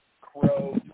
Crow